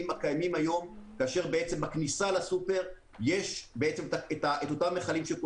שקיימים היום כשבכניסה לסופרמרקט יש אותם מכלים.